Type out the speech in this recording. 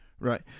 right